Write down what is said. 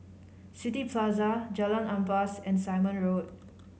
City Plaza Jalan Ampas and Simon Road